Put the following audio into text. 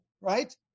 right